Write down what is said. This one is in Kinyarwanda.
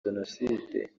jenoside